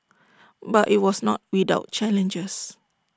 but IT was not without challenges